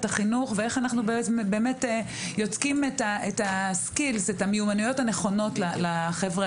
החינוך ואיך אנחנו יוצקים את המיומנויות הנכונות לחבר'ה